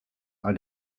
are